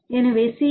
எனவே சி என்ன